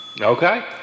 Okay